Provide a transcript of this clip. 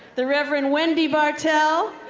the rev. and wendy bartel,